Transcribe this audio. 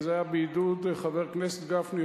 וזה היה בעידוד חבר הכנסת גפני,